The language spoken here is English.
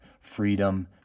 freedom